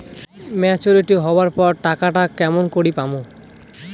Maturity হবার পর টাকাটা কেমন করি পামু?